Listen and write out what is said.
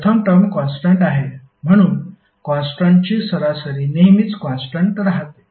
प्रथम term constant आहे म्हणून कॉन्स्टन्टची सरासरी नेहमीच कॉन्स्टन्ट राहते